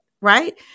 right